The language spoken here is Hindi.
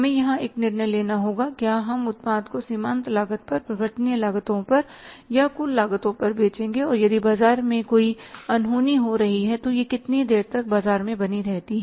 हमें यहाँ एक निर्णय लेना होगा कि क्या हम उत्पाद को सीमांत लागत पर परिवर्तनीय लागतों पर या कुल लागत पर बेचेंगे और यदि बाजार में कोई अनहोनी हो रही है तो यह कितनी देर तक बाजार में बनी रहती है